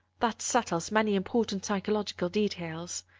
that settles many important psychological details.